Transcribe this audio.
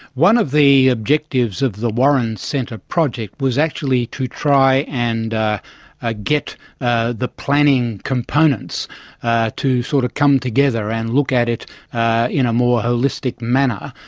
one of the objectives of the warren centre project was actually to try and ah ah get ah the planning components ah to sort of come together and look at it in a more holistic manner.